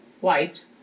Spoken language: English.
White